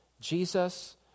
Jesus